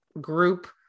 group